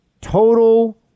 total